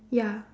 ya